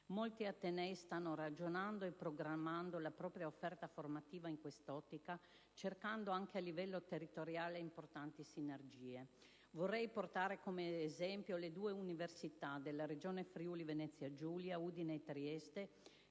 Molti atenei stanno ragionando e programmando la propria offerta formativa in quest'ottica, cercando anche a livello territoriale importanti sinergie. Vorrei portare come esempio le due università della Regione Friuli-Venezia Giulia, Udine e Trieste,